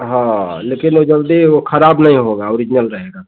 हाँ लेकिन वो जल्दी वो खराब नहीं होगा ओरिजनल रहेगा तो